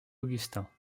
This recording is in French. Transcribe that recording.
augustins